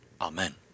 Amen